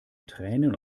tränen